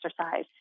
exercise